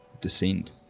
descend